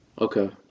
Okay